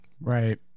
right